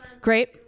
great